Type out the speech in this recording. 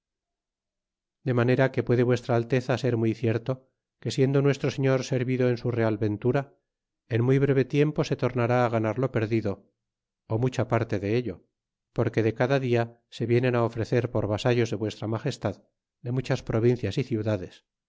de manera que puede vuestra alteza ser muy cierto que siendo nuestro serior servido en su real ventura en muy breve tiempo se tornará á ganar lo perdido d mucha parte de ello porque de cada dia se vienen ofrecer por usa ros de vuestra alagested de muchas provincias y ciudades